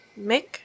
Mick